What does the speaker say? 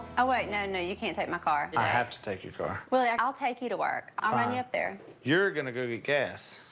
oh, wait. no, no. you can't take my car. i have to take your car. willie, i'll take you to work. i'll run you up there. fine. you're gonna go get gas.